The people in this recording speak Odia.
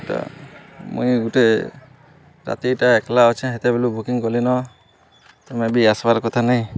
ଇଟା ମୁଇଁ ଗୁଟେ ରାତି ଇଟା ଏକ୍ଲା ଅଛେଁ ହେତେ ବେଲୁ ବୁକିଂ କଲିନ ତମେ ବି ଆସ୍ବାର୍ କଥା ନାଇଁ